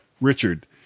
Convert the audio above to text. Richard